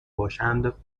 باشند